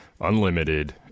unlimited